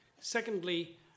Secondly